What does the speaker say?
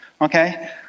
Okay